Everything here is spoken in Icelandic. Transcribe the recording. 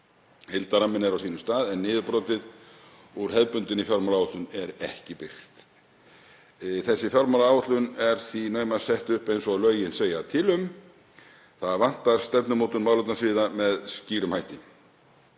Heildarramminn er á sínum stað en niðurbrotið úr hefðbundinni fjármálaáætlun er ekki birt. Þessi fjármálaáætlun er því naumast sett upp eins og lögin segja til um. Það vantar stefnumótun málefnasviða með skýrum hætti.